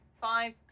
five